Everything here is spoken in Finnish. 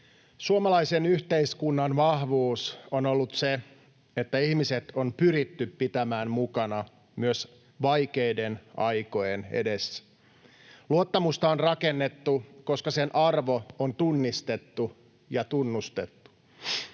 Suomalaisen yhteiskunnan vahvuus on ollut se, että ihmiset on pyritty pitämään mukana myös vaikeiden aikojen edessä. Luottamusta on rakennettu, koska sen arvo on tunnistettu ja tunnustettu.